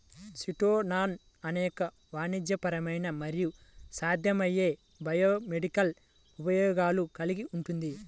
chitosan అనేక వాణిజ్యపరమైన మరియు సాధ్యమయ్యే బయోమెడికల్ ఉపయోగాలు కలిగి ఉంటుంది